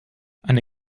eine